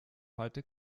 heute